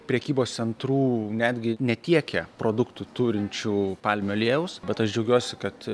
prekybos centrų netgi netiekia produktų turinčių palmių aliejaus bet aš džiaugiuosi kad